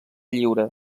lliure